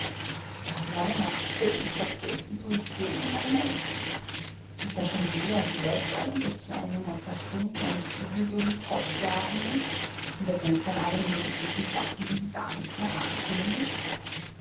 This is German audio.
meiner seel vergessen tu ich's jeden moment ist das schon je erhört worden daß sich einer in ein paar stunden eine kugel durch'n kopf jagen muß und er denkt an alle möglichen sachen die ihn gar nichts mehr angeh'n